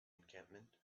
encampment